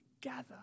Gather